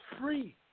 free